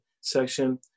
section